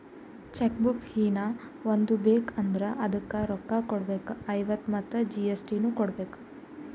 check book ಹೀನಾ ಒಂದ್ ಬೇಕ್ ಅಂದುರ್ ಅದುಕ್ಕ ರೋಕ್ಕ ಕೊಡ್ಬೇಕ್ ಐವತ್ತ ಮತ್ ಜಿ.ಎಸ್.ಟಿ ನು ಕೊಡ್ಬೇಕ್